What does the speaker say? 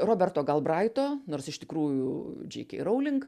roberto galbraito nors iš tikrųjų džeiki raulink